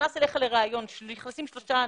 נכנס אליך לריאיון, נכנסים שלושה אנשים,